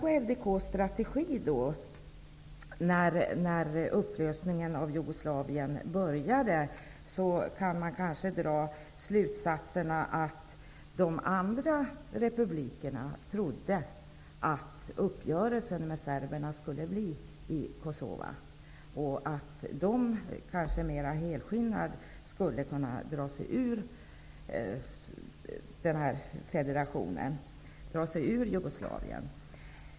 Av LDK:s strategi när upplösningen av Jugoslavien började kan man dra slutsatsen att de övriga republikerna trodde att uppgörelsen med serberna skulle ske i Kosova. Därmed skulle republikerna mer helskinnade kunna dra sig ur federationen, ur Jugoslavien.